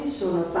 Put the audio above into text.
sono